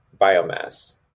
biomass